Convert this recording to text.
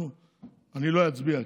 אני לא אצביע,